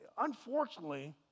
Unfortunately